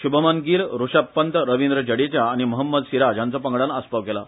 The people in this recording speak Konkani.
शुभमन गिल ऋषभ पंत रविंद्र जडेजा आनी महम्मद सिराज हांचो पंगडान आस्पाव केला